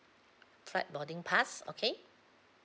flight boarding pass okay